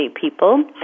people